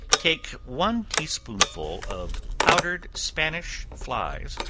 take one tea-spoonful of powdered spanish flies,